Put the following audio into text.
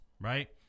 right